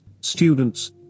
students